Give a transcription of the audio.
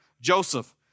Joseph